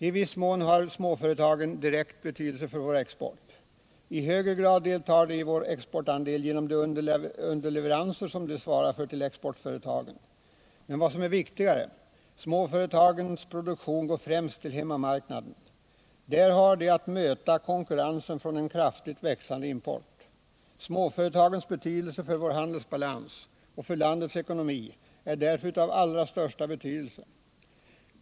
I viss mån har småföretagen direkt betydelse för vår export. I högre grad deltar de i vår exportandel genom de underleveranser som de svarar för till exportföretagen. Men vad som är viktigare: småföretagens produktion går främst till hemmamarknaden. De har där att möta konkurrensen från en kraftigt växande import. Småföretagen är därför av allra största betydelse för vår handelsbalans och för landets ekonomi.